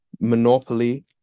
monopoly